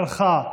הלכה.